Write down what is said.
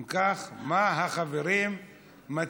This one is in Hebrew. אם כך, מה החברים מציעים?